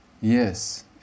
Yes